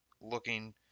looking